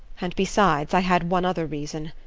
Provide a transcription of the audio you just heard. and besides, i had one other reason.